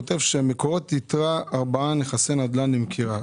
כותב שמקורות איתרה ארבעה נכסי נדל"ן למכירה.